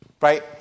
Right